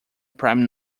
prime